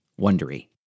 Wondery